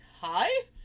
hi